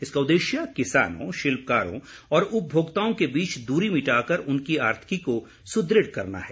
इसका उददेश्य किसानों शिल्पकारों और उपभोक्ताओं के बीच दूरी मिटाकर उनकी आर्थिकी को सुदृढ़ करना है